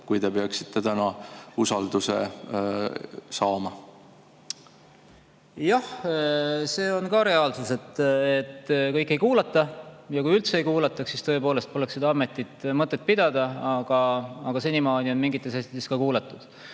kui te peaksite täna usalduse saama? Jah, see on ka reaalsus, et kõike ei kuulata. Kui üldse ei kuulataks, siis tõepoolest poleks mõtet seda ametit pidada, aga senimaani on mingites asjades ka kuulatud.